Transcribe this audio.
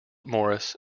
morris